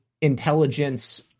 intelligence